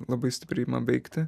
labai stipriai ima veikti